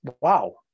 Wow